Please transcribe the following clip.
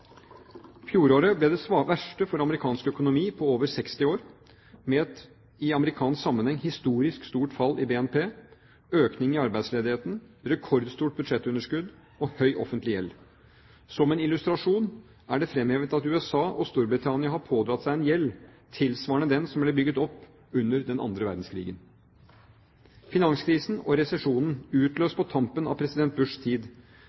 Fjoråret ble det verste for amerikansk økonomi på over 60 år, med et i amerikansk sammenheng historisk stort fall i BNP, økning i arbeidsledigheten, rekordstort budsjettunderskudd og høy offentlig gjeld. Som en illustrasjon er det fremhevet at USA, og Storbritannia, har pådratt seg en gjeld tilsvarende den som ble bygd opp under den andre verdenskrigen. Finanskrisen og resesjonen, utløst på tampen av Bushs tid,